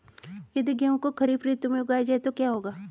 यदि गेहूँ को खरीफ ऋतु में उगाया जाए तो क्या होगा?